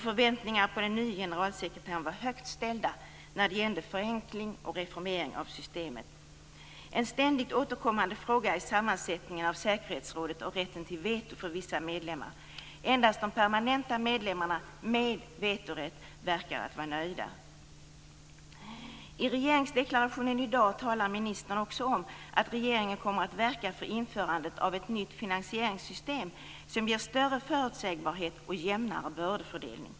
Förväntningarna på den nye generalsekreteraren var högt ställda när det gällde förenkling och reformering av systemet. En ständigt återkommande fråga är sammansättningen av säkerhetsrådet och rätten till veto för vissa medlemmar. Endast de permanenta medlemmarna - mig veterligt - verkar vara nöjda. I regeringsdeklarationen i dag talar ministern om att regeringen kommer att verka för införandet av ett nytt finansieringssystem som ger större förutsägbarhet och jämnare bördefördelning.